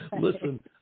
Listen